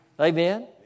Amen